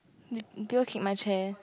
people kick my chair